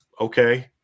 okay